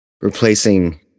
Replacing